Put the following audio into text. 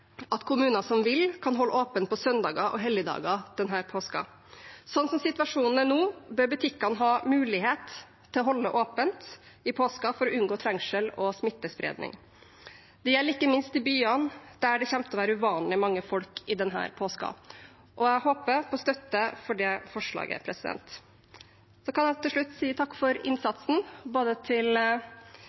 at kommuner som vil, kan holde åpent på søndager og helligdager denne påsken. Slik situasjonen er nå, bør butikkene ha mulighet til å holde åpent i påsken for å unngå trengsel og smittespredning. Det gjelder ikke minst i byene, der det kommer til å være uvanlig mange folk denne påsken. Jeg håper på støtte for det forslaget. Så vil jeg til slutt si takk for innsatsen, både til